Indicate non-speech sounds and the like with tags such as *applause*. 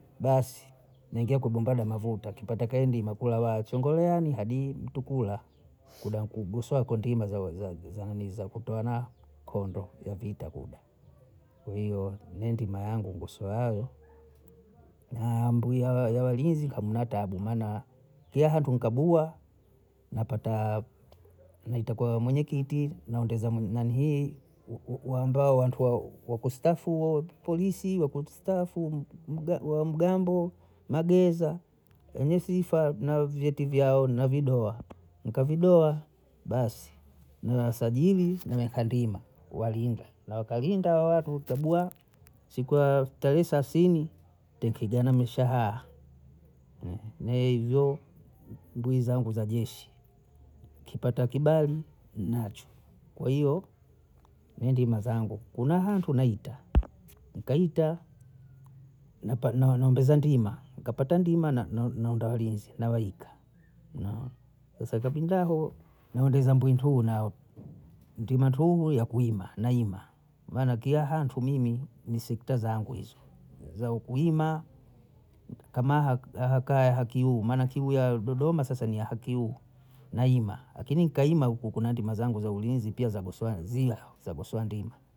Basi ninge kubinda da mavuta, kipata kae ndima kula wacho ngoleani hadi mtukula, kuda nkugusowe hakwendima za *hesitation* za kutoana kongo ya vita kuda, kwaiyo mi ndima yangu ngoswe aho na ambuya ya wali hizi kamna tabu mana, johantu nkabua, Napata mwiite kwa wamwenye kiti, naondeza munanihii *hesitation* wamba wantu wa *hesitation* wa kustaafu polisi, wa kustaafu wa *hesitation* mgambo, mageeza, wenye sifa na *hesitation* vyeti vyao na vidoa, mkavigoa, basi mmewasajili nawekwa ndima walinde, na wakalinda hao watu ikabuya siku ya tarehe selasini tekiganya mishahara, mwe hivyo mbuyi zangu za jeshi, kipata kibali nnacho, kwa hiyo ndima zangu, kuna hantu wanaita, mkaita napa naongeza ndima, nkapata ndima *hesitation* na ndarizi, nawaika, *hesitation* sasa utapingaho. naongeza mbwintuhu nao, ntume tuhu ya kuima naima, maana kia hantu mimi ni sekta zangu hizo, za ukuima, kama haka *hesitation* hakaya haiku, maana kiu yao Dodoma sasa ni haiku, naima yakini nkaima huku kuna ndima zangu za ulinzi pia zagoswa nzia, zagoswa ndima.